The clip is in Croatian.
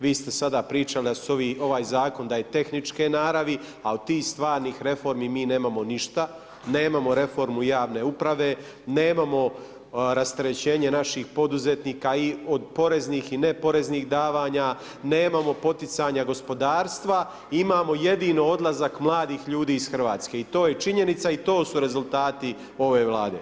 Vi ste sada pričali da su ovaj zakon da je tehničke naravi, a od tih stvarnih reformi mi nemamo ništa, nemamo reformu javne uprave, nemamo rasterećenje naših poduzetnika i od poreznih i neporeznih davanja, nemamo poticanja gospodarstva, imamo jedino odlazak mladih ljudi iz Hrvatske i to je činjenica i to su rezultati ove Vlade.